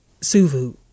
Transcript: Suvu